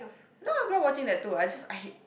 no I grew up watching that too I just I hate